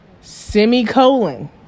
Semicolon